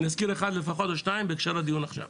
ואני אזכיר אחד לפחות או שניים בהקשר לדיון עכשיו,